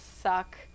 suck